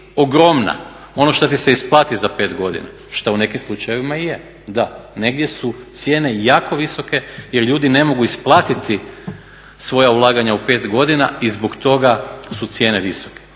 ogromna, ono što ti se isplati za 5 godina, što u nekim slučajevima i je. Da, negdje su cijene jako visoke jer ljudi ne mogu isplatiti svoja ulaganja u 5 godina i zbog toga su cijene visoke